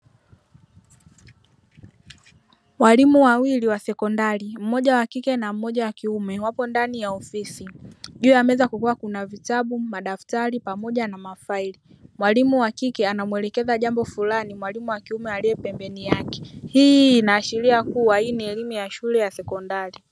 Walimu wawili wa sekondari. Mmoja wakike na mmoja wakiume, wapo ndani ya ofisi. Juu ya meza kukiwa kuna vitabu, madaftari pamoja na mafaili. Mwalimu wa kike anamwelekeza jambo fulani mwalimu wa kiume alie pembeni yake. Hii inaashiria kuwa hii ni elimu ya shule ya sekondari.